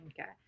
Okay